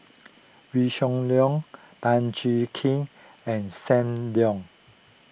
Wee Shoo Leong Tan Jiak Kim and Sam Leong